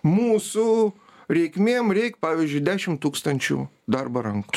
mūsų reikmėm reik pavyzdžiui dešimt tūkstančių darbo rankų